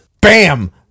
Bam